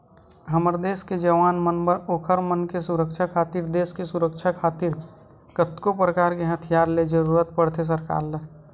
हमर देस के जवान मन बर ओखर मन के सुरक्छा खातिर देस के सुरक्छा खातिर कतको परकार के हथियार ले के जरुरत पड़थे सरकार ल